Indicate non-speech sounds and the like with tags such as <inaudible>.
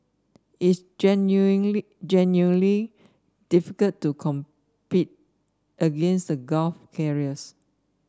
it's genuinely <unintelligible> difficult to compete against the Gulf carriers